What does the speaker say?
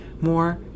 more